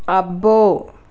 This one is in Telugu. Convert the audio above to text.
అబ్బో